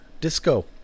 disco